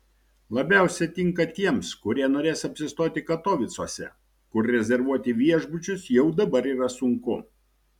labiausia tinka tiems kurie norės apsistoti katovicuose kur rezervuoti viešbučius jau dabar yra sunku